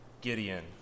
Gideon